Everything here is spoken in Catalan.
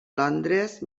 londres